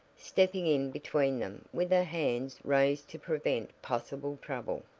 stepping in between them with her hands raised to prevent possible trouble.